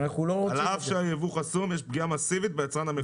על אף שהיבוא חסום, יש פגיעה מסיבית ביצרן המקומי.